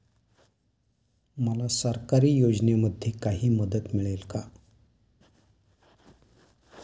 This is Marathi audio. मला सरकारी योजनेमध्ये काही मदत मिळेल का?